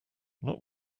not